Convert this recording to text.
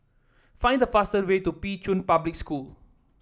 find the fastest way to Pei Chun Public School